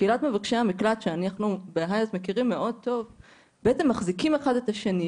קהילת מבקשי המקלט שאנחנו בהיאס מכירים מאוד טוב מחזיקים אחד את השני.